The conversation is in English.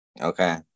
Okay